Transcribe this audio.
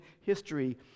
history